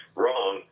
wrong